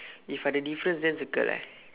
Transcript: if ada difference then circle leh